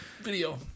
Video